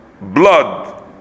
blood